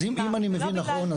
אז אם אני מבין נכון,